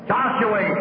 Joshua